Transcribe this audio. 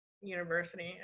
university